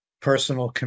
personal